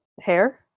hair